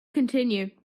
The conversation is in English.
continue